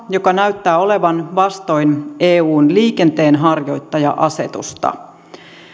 joka näyttää olevan vastoin eun liikenteenharjoittaja asetusta